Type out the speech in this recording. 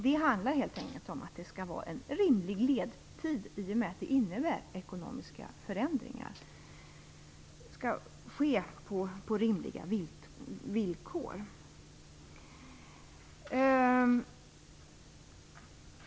Det handlar helt enkelt om att det skall ske under rimlig tid, eftersom det innebär ekonomiska förändringar. Det skall då ske på rimliga villkor.